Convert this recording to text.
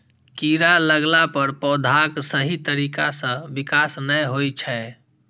कीड़ा लगला पर पौधाक सही तरीका सं विकास नै होइ छै